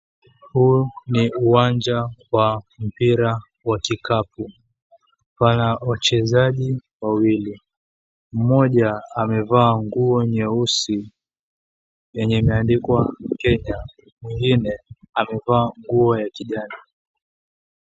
Huu ni uwanja wa mpira wa kikapu. Pana wachezaji wawili. Mmoja, amevaa nguo nyeusi yenye imeandikwa Kenya. Mwengine, amevaa nguo ya kijani.